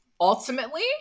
ultimately